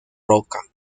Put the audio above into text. roca